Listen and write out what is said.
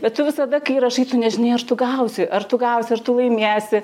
bet tu visada kai rašai tu nežinai ar tu gausi ar tu gausi ar tu laimėsi